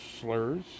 slurs